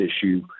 issue